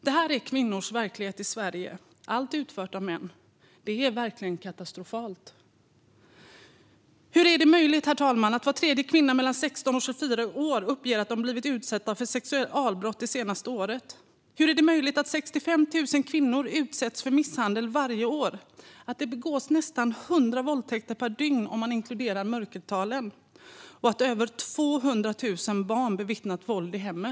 Det här är kvinnors verklighet i Sverige, allt utfört av män. Det är verkligen katastrofalt. Hur är det möjligt, herr talman, att var tredje kvinna mellan 16 och 24 år uppger att de blivit utsatta för sexualbrott det senaste året? Hur är det möjligt att 65 000 kvinnor utsätts för misshandel varje år, att det begås nästan 100 våldtäkter per dygn om man inkluderar mörkertalet och att över 200 000 barn bevittnat våld i hemmet?